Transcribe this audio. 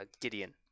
Gideon